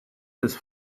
his